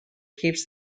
keeps